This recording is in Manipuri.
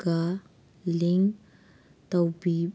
ꯒ ꯂꯤꯡ